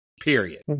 Period